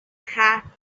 hacked